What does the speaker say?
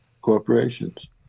corporations